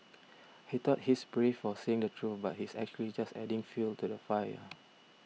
he thought he's brave for saying the truth but he's actually just adding fuel to the fire